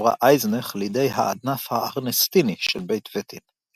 עברה אייזנך לידי הענף הארנסטיני של בית וטין.